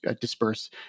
disperse